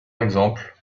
exemple